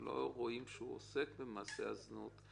לא רואים שהאדם עוסק במעשה הזנות,